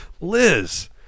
Liz